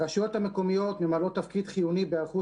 הרשויות המקומיות ממלאות תפקיד חיוני בהיערכות